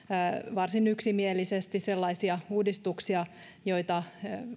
varsin yksimielisesti sellaisia uudistuksia joita